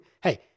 Hey